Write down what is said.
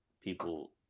people